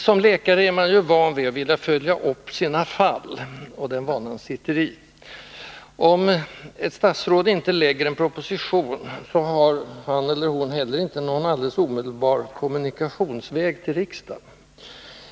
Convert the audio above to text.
Som läkare är man van vid att följa upp sina fall, och den vanan sitter i. Om ett statsråd inte lägger fram en proposition har han eller hon inte heller någon alldeles omedelbar kommunikationsväg till riksdagen.